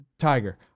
tiger